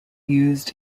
used